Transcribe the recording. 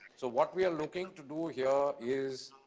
so what we are looking to do here is,